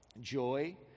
joy